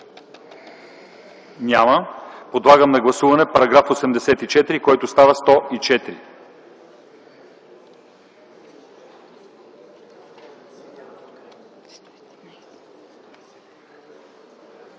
Няма. Подлагам на гласуване § 84, който става § 104.